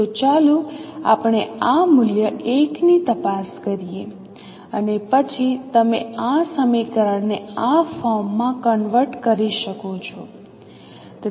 તો ચાલો આપણે આ મૂલ્ય 1 ની તપાસ કરીએ અને પછી તમે આ સમીકરણ ને આ ફોર્મમાં કન્વર્ટ કરી શકો છો